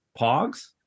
Pogs